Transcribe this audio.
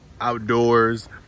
outdoors